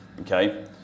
okay